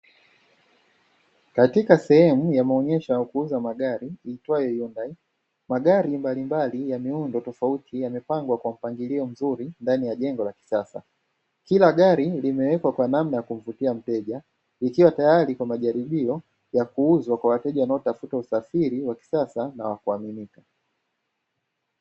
Katika sehemu ya maonyesho ya kuuza magari iitwayo "yundai" magari mbalimbali ya miundo tofauti yamepangwa kwa mpangilio mzuri ndani ya jengo la kisasa, kila gari limewekwa kwa namna ya kumvutia mteja ikiwa tayari kwa majaribio ya kuuzwa kwa wateja wanaotafuta usafiri wa kisasa na wa kuaminika.